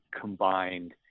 combined